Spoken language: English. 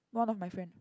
one of my friend